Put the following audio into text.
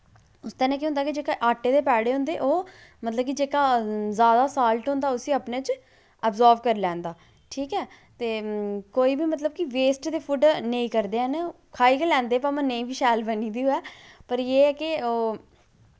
उसतै नै केह् होंदा के जेह्के आटे दे पैड़े होंदे ओह् मतलब कि जेह्का जादा सॉलट होंदा उसी अपनै च अबजार्व करी लैंदा ठीक ऐ ते कोई बी मतलव कि वेस्ट ते फूड नेईं करदे हैन खाई गै लैंदे न भमैं नेईं बी शैल बनी दी होऐ पर एह् ऐ के